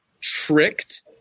tricked